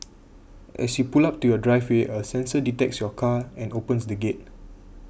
as you pull up to your driveway a sensor detects your car and opens the gates